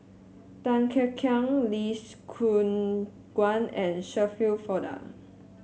Tan Kek Hiang Lee Choon Guan and Shirin Fozdar